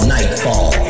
Nightfall